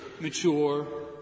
Mature